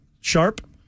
sharp